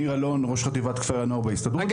ניר אלון ראש חטיבת כפרי הנוער בהסתדרות.